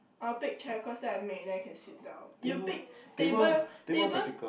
I'll pick chair cause then I make then I can sit down you pick table table